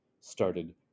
started